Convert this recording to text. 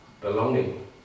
belonging